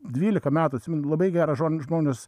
dvylika metų atsimenu labai gerą žodį žmonės